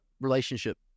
relationship